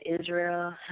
Israel